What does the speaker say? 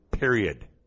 Period